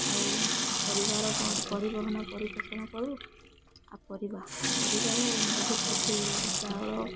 ଆଉ ପରିବାର ପରି ପରିବହନ ପରିପୋଷଣ କରୁ ଆଉ ପରିବା ପରିବାର ବହୁତ କିଛି ଚାଉଳ